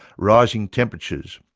rising temperatures,